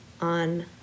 on